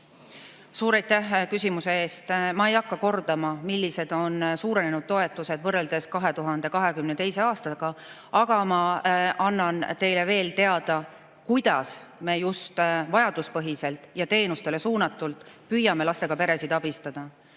Suur aitäh küsimuse eest! Ma ei hakka kordama, millised on suurenenud toetused võrreldes 2022. aastaga, aga ma annan teile veel teada, kuidas me just vajaduspõhiselt ja teenustele suunatult püüame lastega peresid abistada.